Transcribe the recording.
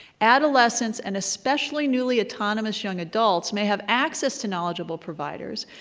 adolescents, and especially newly-autonomous young adults may have access to knowledgeable providers,